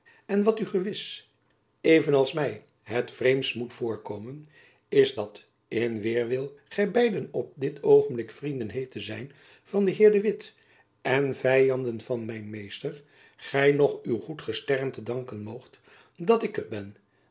en wat u gewis even als my het vreemdst moet voorkomen is dat in weêrwil gy beiden op dit oogenblik vrienden heet te zijn van den heer de witt en vyanden van mijn meester gy nog uw goed gesternte danken moogt dat ik het ben